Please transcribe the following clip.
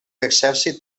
exèrcit